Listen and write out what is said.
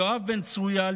ליואב בן צרויה,